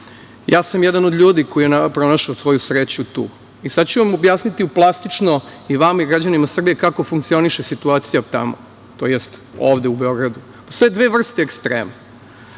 sam jedan od ljudi koji je pronašao svoju sreću tu. Sad ću vam objasniti plastično, i vama i građanima Srbije, kako funkcioniše situacija tamo, tj. ovde u Beogradu. Postoje dve vrste ekstrema.